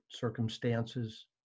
circumstances